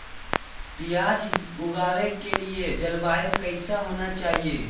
प्याज उगाने के लिए जलवायु कैसा होना चाहिए?